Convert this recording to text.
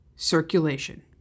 circulation